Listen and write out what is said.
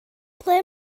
ble